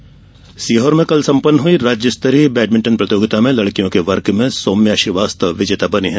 badminton Sehore में कल सम्पन्न राज्य स्तरीय बैडमिंटन प्रतियोगिता में लड़कियों के वर्ग में सौम्या श्रीवास्तव विजेता बनी है